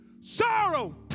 Sorrow